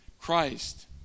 Christ